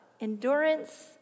endurance